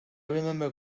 remember